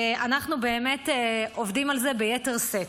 ואנחנו באמת עובדים על זה ביתר שאת.